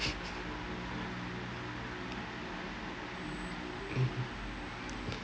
mm